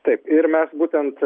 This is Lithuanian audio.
taip ir mes būtent